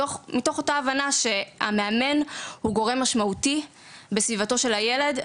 מתוך אותה הבנה שהמאמן הוא גורם משמעותי בסביבתו של הילד.